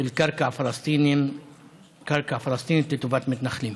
של קרקע פלסטינית לטובת מתנחלים.